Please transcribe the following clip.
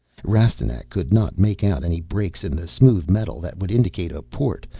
rastignac could not make out any breaks in the smooth metal that would indicate a port,